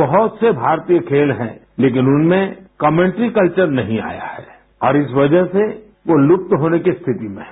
बहुत से भारतीय खेल हैं लेकिन उनमें कमेंट्री कल्चर नहीं आया है और इस वजह से वो लुप्त होने की स्थिति में हैं